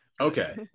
Okay